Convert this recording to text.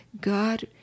God